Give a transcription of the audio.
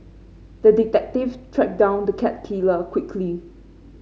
the detective tracked down the cat killer quickly